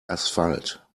asphalt